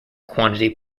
quantity